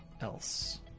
else